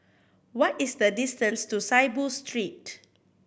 what is the distance to Saiboo Street